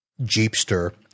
Jeepster